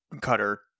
cutter